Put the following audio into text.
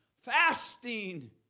fasting